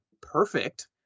perfect